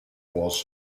was